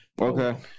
Okay